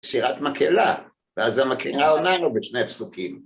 שירת מקהלה, ואז זה המקהלה עונה לו בשני הפסוקים.